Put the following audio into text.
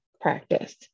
practice